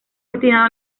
destinado